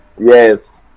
Yes